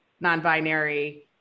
non-binary